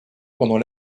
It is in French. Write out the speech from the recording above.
pendant